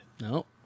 No